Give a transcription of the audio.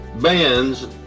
bands